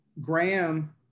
Graham